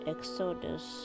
Exodus